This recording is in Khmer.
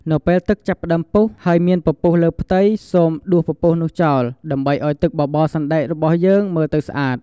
នៅពេលទឹកចាប់ផ្ដើមពុះ ហើយមានពពុះលើផ្ទៃ សូមដួសពពុះនោះចោល ដើម្បីឱ្យទឹកបបរសណ្តែករបស់យើងមើលទៅស្អាត។